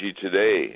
today